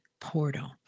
portal